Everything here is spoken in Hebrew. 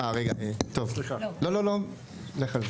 אני רק רוצה להגיד,